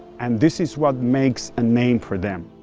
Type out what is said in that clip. and this is what makes a name for them.